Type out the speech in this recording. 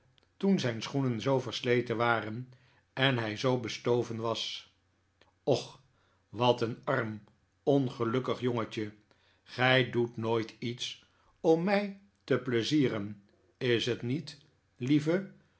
toen zijn schoenen zoo versleten waren en hij zoo bestoven was och wat een arm ongelukkig jongetje gij doet nooit iets om mij te pleizieren is t niet lieve